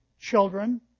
children